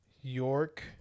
York